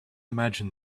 imagine